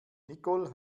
nicole